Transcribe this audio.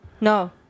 No